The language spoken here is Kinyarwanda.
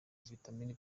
vitamine